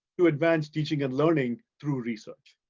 to advance teaching and learning through research.